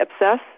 obsess